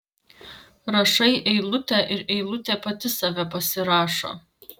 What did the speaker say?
rašai eilutę ir eilutė pati save pasirašo